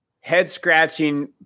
head-scratching